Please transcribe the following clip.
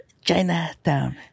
Chinatown